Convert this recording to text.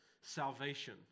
salvation